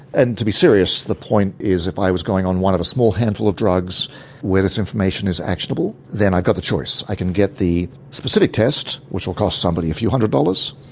and to be serious, the point is if i was going on one of a small handful of drugs where this information is actionable then i've got the choice i can get the specific test, which will cost somebody a few hundred dollars,